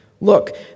Look